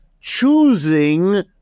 choosing